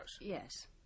Yes